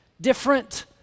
different